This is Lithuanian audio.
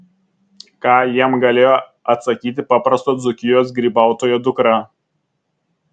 ką jam galėjo atsakyti paprasto dzūkijos grybautojo dukra